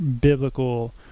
biblical